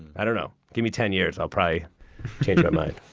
i don't know, give me ten years. i'll probably change my mind.